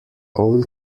own